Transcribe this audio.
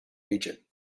region